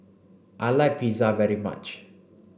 I like Pizza very much